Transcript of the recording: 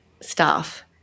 Staff